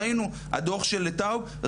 ראינו הדוח של לטאוי,